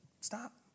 stop